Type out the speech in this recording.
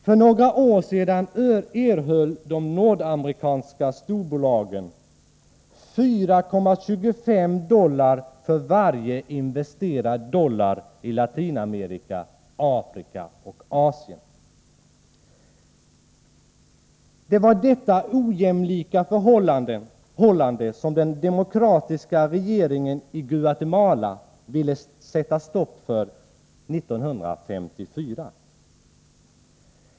För några år sedan erhöll de nordamerikanska storbolagen 4,25 dollar för varje investerad dollar i Latinamerika, Afrika och Asien. Det var detta ojämlika förhållande som den demokratiska regeringen i Guatemala ville sätta stopp för 1954.